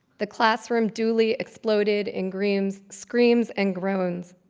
the classroom duly exploded in screams screams and groans.